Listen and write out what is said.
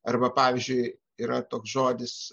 arba pavyzdžiui yra toks žodis